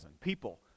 people